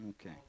Okay